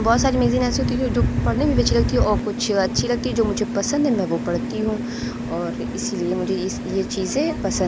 بہت ساری میگزین ایسی ہوتی ہیں جو پڑھنے میں بھی اچھی لگتی ہے اور کچھ اچھی لگتی ہے جو مجھے پسند ہے میں وہ پڑھتی ہوں اور اس لیے مجھے یہ یہ چیزیں پسند